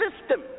system